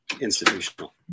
institutional